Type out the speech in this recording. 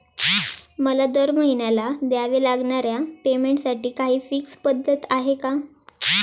मला दरमहिन्याला द्यावे लागणाऱ्या पेमेंटसाठी काही फिक्स पद्धत आहे का?